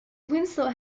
winslow